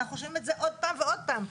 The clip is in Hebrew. אנחנו שומעים את זה עוד פעם ועוד פעם.